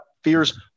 fears